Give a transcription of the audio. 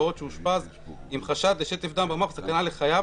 פעוט שאושפז עם חשד לשטף דם במוח וסכנה לחייו.